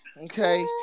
Okay